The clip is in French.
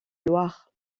loire